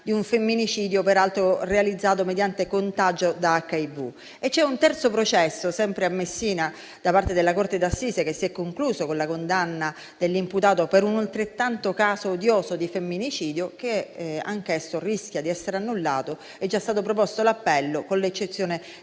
di un femminicidio, peraltro realizzato mediante contagio da HIV. C'è un terzo processo, sempre a Messina, da parte della corte d'assise che si è concluso con la condanna dell'imputato per un caso altrettanto odioso di femminicidio e anch'esso rischia di essere annullato; è già stato proposto l'appello con l'eccezione del